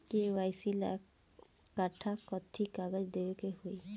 KYC ला कट्ठा कथी कागज देवे के होई?